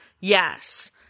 yes